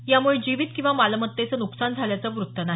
यामुळे जीवित किंवा मालमत्तेचं न्कसान झाल्याचं वृत्त नाही